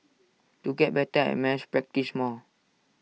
to get better at maths practise more